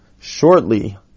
shortly